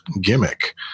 gimmick